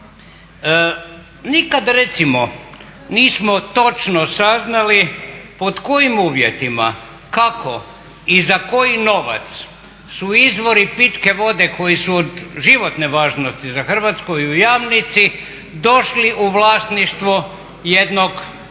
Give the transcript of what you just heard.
Nikad recimo nismo točno saznali pod kojim uvjetima, kako i za koji novac su izvori pitke vode koji su od životne važnosti za Hrvatsku i u Jaminici došli u vlasništvo jednog izuzetno